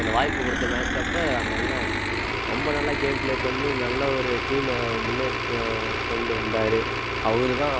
அந்த வாய்ப்பு கொடுத்த மேட்ச் அப்போ அந்த அண்ணன் ரொம்ப நல்லா கேம் பிளே பண்ணி நல்ல ஒரு டீமை முன்னேற்ற கொண்டு வந்தார் அவரு தான்